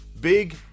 big